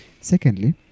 Secondly